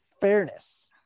fairness